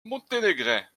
monténégrin